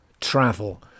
travel